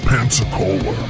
Pensacola